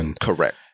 Correct